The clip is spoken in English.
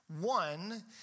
One